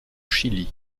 chili